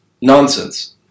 Nonsense